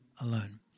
alone